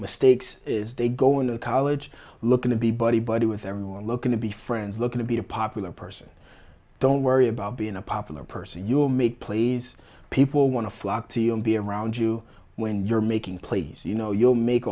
mistakes is they go into college looking to be buddy buddy with everyone looking to be friends looking to be a popular person don't worry about being a popular person you will make plays people want to flock to you and be around you when you're making plays you know you'll make